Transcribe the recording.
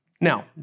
Now